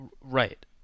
right